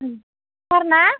सार ना